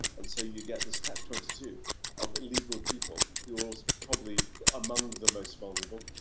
and so you get this catch twenty two of illegal people who was probably among the most vulnerable.